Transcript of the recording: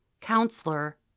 Counselor